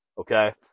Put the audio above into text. okay